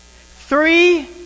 Three